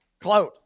clout